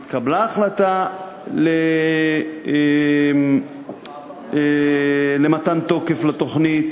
התקבלה החלטה למתן תוקף לתוכנית